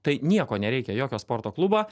tai nieko nereikia jokio sporto klubo